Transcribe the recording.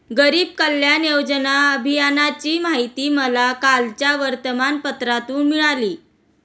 गरीब कल्याण योजना अभियानाची माहिती मला कालच्या वर्तमानपत्रातून मिळाली